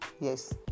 yes